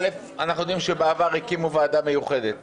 א' אנחנו יודעים שבעבר הקימו ועדה מיוחדת